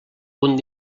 punt